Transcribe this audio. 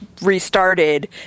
restarted